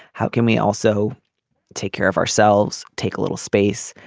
how can we also take care of ourselves. take a little space.